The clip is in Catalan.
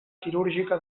quirúrgica